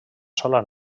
sola